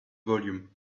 volume